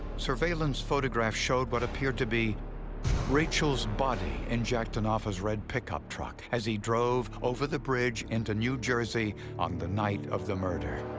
surveillance photographs showed what appeared to be rachel's body in jack denofa's red pickup truck as he drove over the bridge into new jersey on the night of the murder.